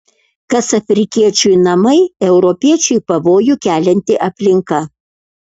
kas afrikiečiui namai europiečiui pavojų kelianti aplinka